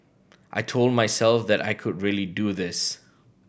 I told myself that I could really do this